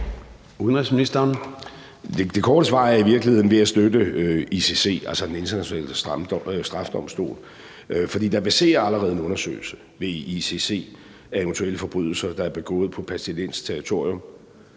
Rasmussen): Det korte svar er i virkeligheden: ved at støtte ICC, altså Den Internationale Straffedomstol. For der verserer allerede en undersøgelse ved ICC af eventuelle forbrydelser, der er begået på palæstinensisk territorium